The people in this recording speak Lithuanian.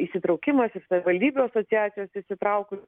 įsitraukimas į savivaldybių asociacijos įsitrauku